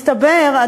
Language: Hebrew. מסתבר,